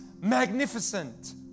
magnificent